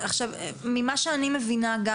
ממה שאני מבינה גם,